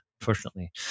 unfortunately